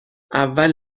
اول